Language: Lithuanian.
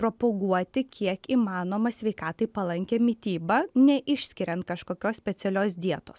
propaguoti kiek įmanoma sveikatai palankią mitybą neišskiriant kažkokios specialios dietos